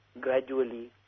gradually